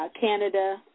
Canada